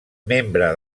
membre